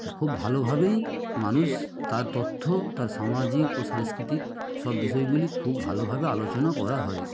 খুব ভালোভাবেই মানুষ তার তথ্য তার সামাজিক ও সাংস্কৃতিক সব বিষয়গুলি খুব ভালোভাবে আলোচনা করা হয়